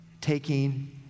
taking